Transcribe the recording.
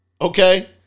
Okay